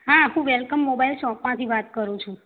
હા હું welcome mobile શૉપમાંથી વાત કર છું